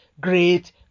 great